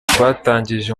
twatangije